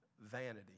vanity